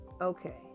Okay